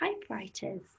typewriters